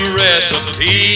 recipe